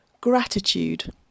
gratitude